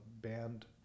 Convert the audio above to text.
band